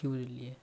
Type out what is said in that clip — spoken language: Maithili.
कि बुझलिए